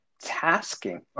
tasking